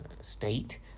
state